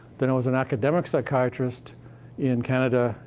then, i was an academic psychiatrist in canada,